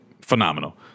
Phenomenal